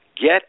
get